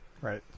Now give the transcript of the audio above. Right